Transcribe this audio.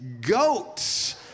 goats